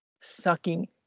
sucking